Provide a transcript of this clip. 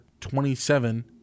27